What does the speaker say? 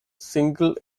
single